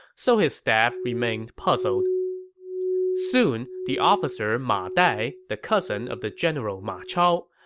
so his staff remained puzzled soon, the officer ma dai, the cousin of the general ma chao,